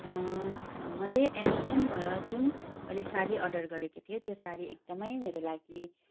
मैले अमेजोनबाट जुन मैले सारी अर्डर गरेको थिएँ त्यो सारी एकदमै मेरो लागि